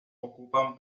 ocupan